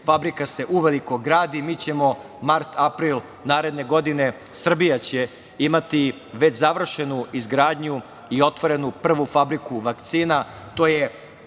fabrika uveliko gradi, i mi ćemo mart, april, naredne godine, Srbija će već imati završenu izgradnju i otvorenu prvu fabriku vakcina